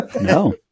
No